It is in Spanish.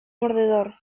mordedor